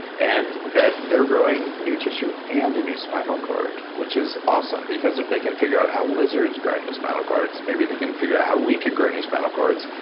and that they're growing new tissue and a new spinal cord, which is awesome because if they can figure out how lizards grow new spinal cords, maybe they can figure out how we can grow new spinal cords.